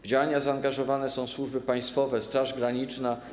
W działania zaangażowane są służby państwowe, Straż Graniczna.